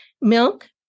Milk